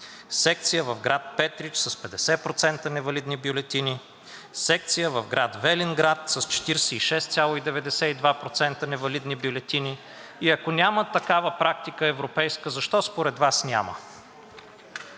секция в град Петрич с 50% невалидни бюлетини, секция в град Велинград с 46,92% невалидни бюлетини. Ако няма такава европейска практика, защо според Вас няма?